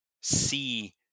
see